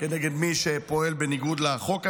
כנגד מי שפועל בניגוד לחוק הזה.